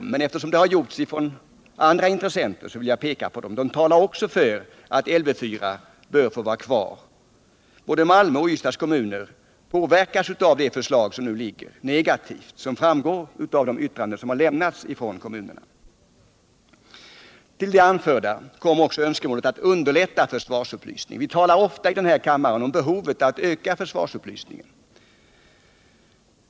Men eftersom de har anförts av andra intressenter vill jag peka på dem. De talar också för att Lv 4 skall få vara kvar. Både Malmö och Ystads kommuner påverkas negativt av det nu föreliggande förslaget, som framgår av de yttranden som har lämnats från kommunerna. Till det anförda kommer också önskemålet att underlätta försvarsupplysningen. Vi talar ofta i den här kammaren om behovet av att öka försvarsupplysningen.